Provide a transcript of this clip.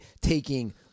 taking